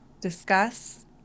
discuss